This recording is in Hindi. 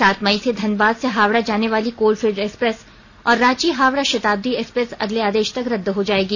सात मई से धनबाद से हावड़ा जानेवाली कोलफील्ड एक्सप्रेस और रांची हावड़ा शताब्दी एक्सप्रेस अगले आदेश तक रद हो जाएगी